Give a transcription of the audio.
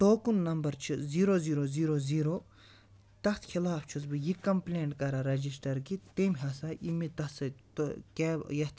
token number چھِ zero zero zero zero تَتھ خلاف چھُس بہٕ یہِ کَمپٕلینٛٹ کَران رَجِسٹَر کہِ تٔمۍ ہَسا یہِ مےٚ تَس سۭتۍ تہٕ کیب یَتھ